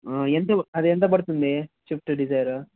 ఎంత అది ఎంత పడుతుంది స్విఫ్ట్ డిజైర్